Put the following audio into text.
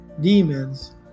demons